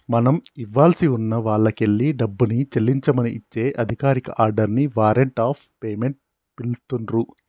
మనం ఇవ్వాల్సి ఉన్న వాల్లకెల్లి డబ్బుని చెల్లించమని ఇచ్చే అధికారిక ఆర్డర్ ని వారెంట్ ఆఫ్ పేమెంట్ పిలుత్తున్రు